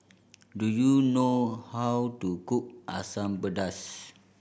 do you know how to cook Asam Pedas